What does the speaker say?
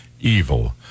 evil